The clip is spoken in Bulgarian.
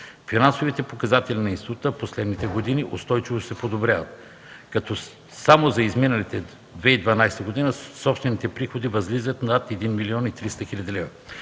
Финансовите показатели на института в последните години устойчиво се подобряват, като само за изминалата 2012 г. собствените приходи възлизат на над 1 млн. 300 хил. лв.